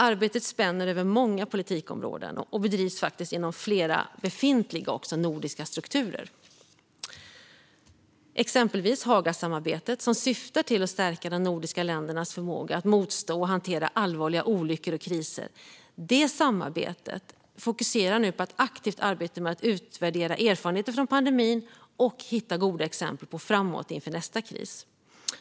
Arbetet spänner över många politikområden och bedrivs inom flera befintliga nordiska strukturer. Vi har exempelvis Hagasamarbetet, som syftar till att stärka de nordiska ländernas förmåga att motstå och hantera allvarliga olyckor och kriser. Detta samarbete fokuserar nu på att aktivt arbeta med att utvärdera erfarenheter från pandemin och hitta goda exempel på vad man kan göra framöver, inför nästa kris.